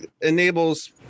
enables